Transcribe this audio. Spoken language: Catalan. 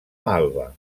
malva